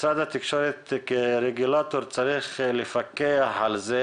משרד התקשורת כרגולטור צריך לפקח על זה